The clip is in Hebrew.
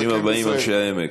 ברוכים הבאים, אנשי העמק.